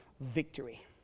victory